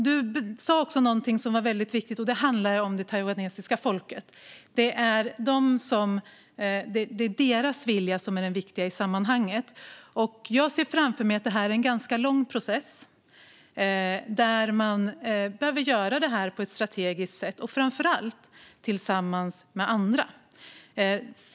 Du sa också någonting som är väldigt viktigt, och det handlar om det taiwanesiska folket. Det är deras vilja som är det viktiga i sammanhanget. Jag ser framför mig att det kommer att bli en ganska lång process där man behöver agera på ett strategiskt sätt och framför allt tillsammans med andra.